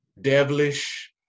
devilish